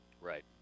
Right